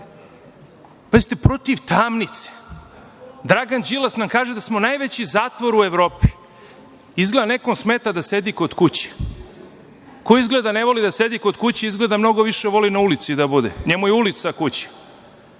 Pazite, protiv tamnice. Dragan Đilas nam kaže da smo najveći zatvor u Evropi. Izgleda da nekom smeta da sedi kod kuće. Ko izgleda ne voli da sedi kod kuće, izgleda mnogo više voli na ulici da bude, njemu je ulica